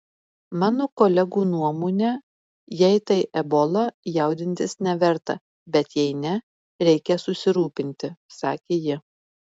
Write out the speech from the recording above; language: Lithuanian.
mano kolegų nuomone jei tai ebola jaudintis neverta bet jei ne reikia susirūpinti sakė ji